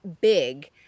big